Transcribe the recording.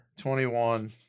21